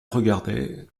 regardait